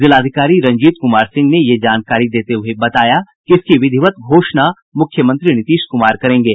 जिलाधिकारी रंजीत कुमार सिंह ने यह जानकारी देते हुए बताया कि इसकी विधिवत घोषणा मुख्यमंत्री नीतीश कुमार करेंगे